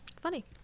funny